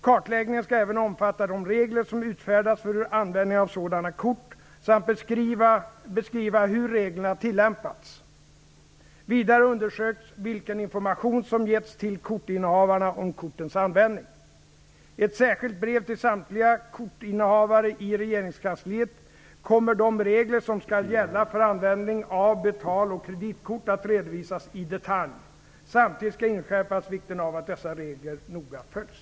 Kartläggningen skall även omfatta de regler som utfärdats för användningen av sådana kort samt beskriva hur reglerna tillämpats. Vidare undersöks vilken information som getts till kortinnehavarna om kortens användning. I ett särskilt brev till innehavarna i regeringskansliet kommer de regler som skall gälla för användningen av betal och kreditkort att redovisas i detalj. Samtidigt skall inskärpas vikten av att dessa regler noga följs.